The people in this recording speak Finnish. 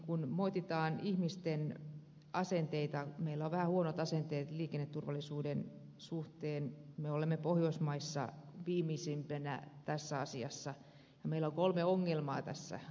kun moititaan ihmisten asenteita meillä on vähän huonot asenteet liikenneturvallisuuden suhteen me olemme pohjoismaissa viimeisimpänä tässä asiassa ja meillä on kolme ongelmaa näissä asenteissa